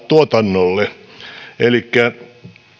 tuotannolle elikkä